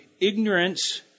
ignorance